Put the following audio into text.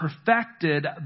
perfected